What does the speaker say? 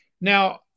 Now